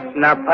not